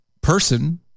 person